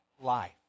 life